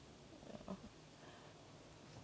ya